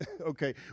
Okay